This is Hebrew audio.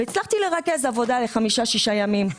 והצלחתי לרכז עבודה לחמישה-שישה ימים.